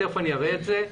תכף אני אראה את זה.